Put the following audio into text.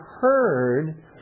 heard